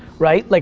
right? like